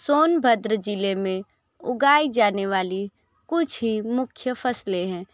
सोनभद्र जिले में उगाई जाने वाली कुछ ही मुख्य फ़सलें हैं